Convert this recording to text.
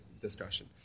discussion